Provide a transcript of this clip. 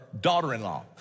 daughter-in-law